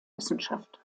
wissenschaft